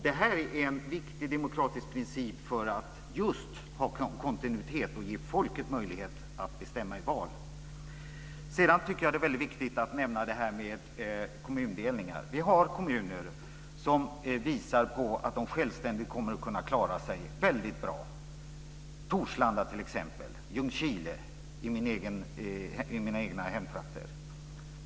Detta är en viktig demokratisk princip för att just ha kontinuitet och ge folket möjlighet att bestämma i val. Sedan tycker jag att det är väldigt viktigt att nämna kommundelningar. Vi har kommuner som visar att de självständigt kommer att kunna klara sig väldigt bra, t.ex. Torslanda och Ljungskile i mina egna hemtrakter.